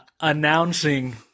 announcing